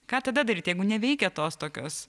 ką tada daryti jeigu neveikia tos tokios